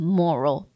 moral